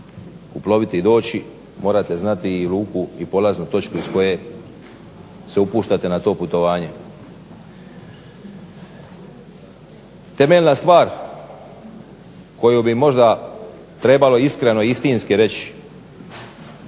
uploviti i doći, morate znati i luku i polaznu točku iz koje se upuštate na to putovanje. Temeljna stvar koju bi možda trebalo iskreno i istinski reći